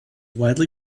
widely